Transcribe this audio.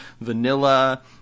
vanilla